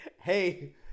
Hey